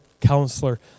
counselor